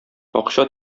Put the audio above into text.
акча